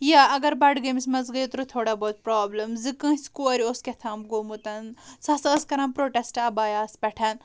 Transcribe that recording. یا اَگر بَڈگٲمِس منٛز گے اوترٕ تھوڑا بہت پروبلِم زٕ کٲنٛسہِ کورِ اوس کیٚاہ تام گوٚومُتن سُہ ہسا ٲس کران پروٹیٚسٹ ابایہس پٮ۪ٹھ